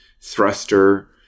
thruster